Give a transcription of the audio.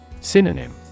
Synonym